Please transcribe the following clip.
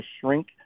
shrink